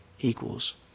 equals